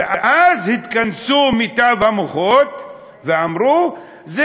ואז התכנסו מיטב המוחות ואמרו: זה